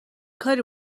کاری